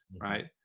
right